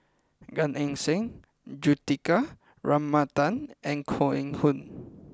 Gan Eng Seng Juthika Ramanathan and Koh Eng Hoon